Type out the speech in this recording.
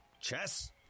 Chess